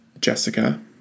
Jessica